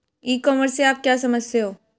ई commerce से आप क्या समझते हो?